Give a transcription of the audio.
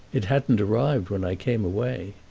it hadn't arrived when i came away.